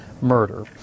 murder